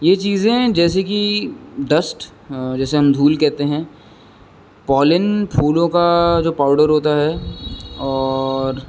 یہ چیزیں جسے کہ ڈسٹ جیسے ہم دھول کہتے ہیں پالن پھولوں کا جو پاؤڈر ہوتا ہے اور